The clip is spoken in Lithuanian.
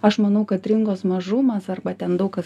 aš manau kad rinkos mažumas arba ten daug kas